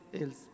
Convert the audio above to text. else